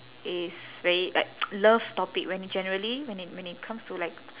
is very like love topic when generally when it when it comes to like